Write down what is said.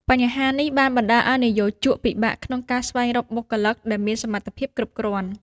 បញ្ហានេះបានបណ្ដាលឱ្យនិយោជកពិបាកក្នុងការស្វែងរកបុគ្គលិកដែលមានសមត្ថភាពគ្រប់គ្រាន់។